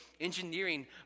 Engineering